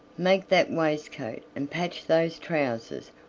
make that waistcoat and patch those trousers,